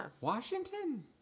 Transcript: Washington